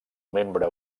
membre